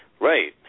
Right